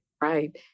right